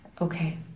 Okay